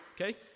Okay